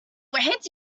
did